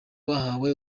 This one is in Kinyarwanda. bahawe